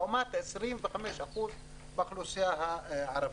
לעומת 25% באוכלוסייה הערבית.